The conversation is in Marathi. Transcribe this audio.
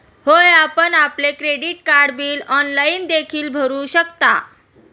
होय, आपण आपले क्रेडिट कार्ड बिल ऑनलाइन देखील भरू शकता